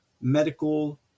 medical